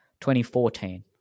2014